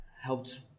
helped